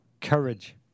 courage